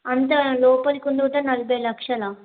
అంత లోపలికి ఉన్నదే నలభై లక్షలా